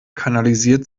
kanalisiert